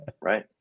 right